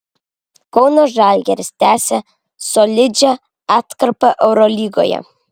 kauno žalgiris tęsia solidžią atkarpą eurolygoje